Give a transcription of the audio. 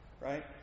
right